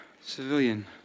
civilian